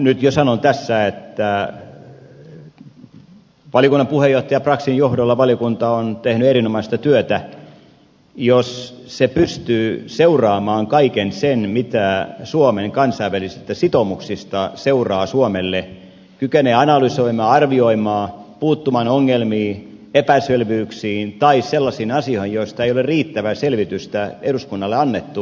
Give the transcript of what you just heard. nyt jo sanon tässä että valiokunnan puheenjohtaja braxin johdolla valiokunta on tehnyt erinomaista työtä jos se pystyy seuraamaan kaikkea sitä mitä suomen kansainvälisistä sitoumuksista seuraa suomelle kykenee analysoimaan arvioimaan puuttumaan ongelmiin epäselvyyksiin tai sellaisiin asioihin joista ei ole riittävää selvitystä eduskunnalle annettu